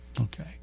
Okay